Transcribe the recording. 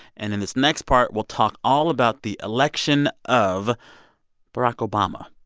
and in this next part, we'll talk all about the election of barack obama.